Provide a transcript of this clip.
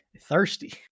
Thirsty